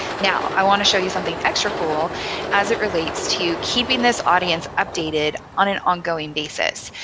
now i want to show you something extra cool as it relates to keeping this audience updated on an ongoing basis.